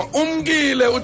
umgile